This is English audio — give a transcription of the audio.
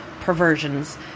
perversions